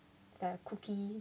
it's like a cookie